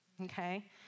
Okay